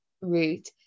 route